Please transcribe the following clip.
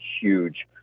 huge